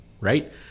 right